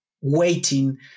waiting